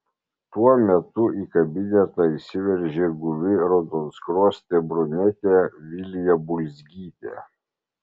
tuo metu į kabinetą įsiveržė guvi raudonskruostė brunetė vilija bulzgytė